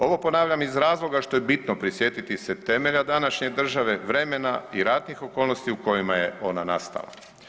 Ovo ponavljam iz razloga što je bitno prisjetiti se temelja današnje države, vremena i ratnih okolnosti u kojima je ona nastala.